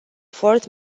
fourth